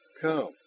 Come